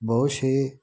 बहुत से